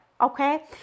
okay